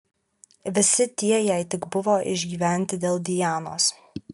visi tie jei tik buvo išgyventi dėl dianos